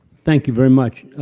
thank you very much.